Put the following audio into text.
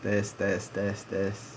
test test test test